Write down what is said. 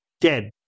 dead